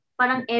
parang